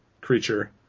creature